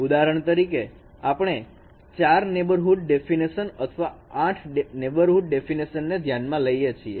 ઉદાહરણ તરીકે આપણે 4 નેબરહુડ ડેફીનેશન અથવા 8 નેબરહુડ ડેફીનેશન ને ધ્યાનમાં લઇ શકીએ છીએ